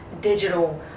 Digital